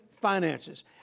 finances